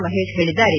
ಮಹೇಶ್ ಹೇಳಿದ್ದಾರೆ